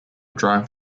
drive